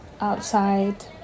outside